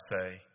say